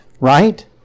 right